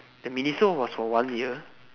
that Miniso was for one year